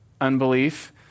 unbelief